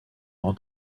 all